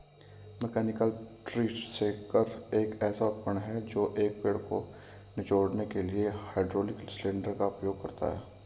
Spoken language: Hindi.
मैकेनिकल ट्री शेकर एक ऐसा उपकरण है जो एक पेड़ को निचोड़ने के लिए हाइड्रोलिक सिलेंडर का उपयोग करता है